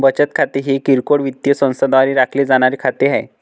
बचत खाते हे किरकोळ वित्तीय संस्थांद्वारे राखले जाणारे खाते आहे